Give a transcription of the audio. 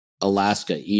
Alaska